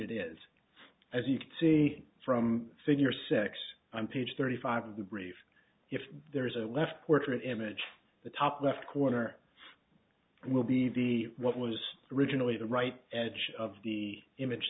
it is as you can see from figure six page thirty five of the brief if there is a left portrait image the top left corner will be the what was originally the right edge of the image